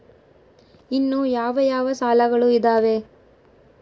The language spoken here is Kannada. ಇನ್ನು ಯಾವ ಯಾವ ಸಾಲಗಳು ಇದಾವೆ?